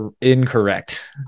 incorrect